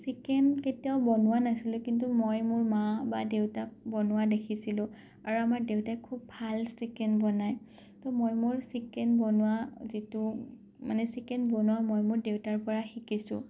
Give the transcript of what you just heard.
chicken কেতিয়াও বনোৱা নাছিলোঁ কিন্তু মই মোৰ মা বা দেউতাক বনোৱা দেখিছিলোঁ আৰু আমাৰ দেউতাই খুব ভাল চিকেন বনায় তো মই মোৰ চিকেন বনোৱা যিটো মানে চিকেন বনোৱা মই মোৰ দেউতাৰ পৰা শিকিছোঁ